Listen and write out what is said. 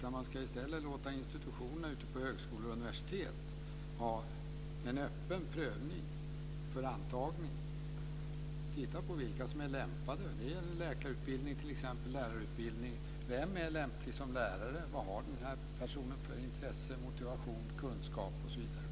Vi ska i stället låta institutioner på högskolor och universitet ha en öppen prövning för antagning och titta på vilka som är lämpade. Det gäller t.ex. läkarutbildning och lärarutbildning. Vem är lämplig som lärare? Vad har en person för intressen, motivation, kunskap osv.?